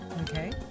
Okay